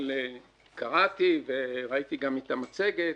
אבל קראתי וראיתי גם את המצגת.